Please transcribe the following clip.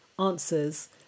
answers